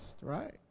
right